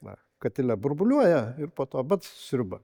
va katile burbuliuoja ir po to bac sriuba